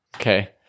Okay